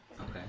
Okay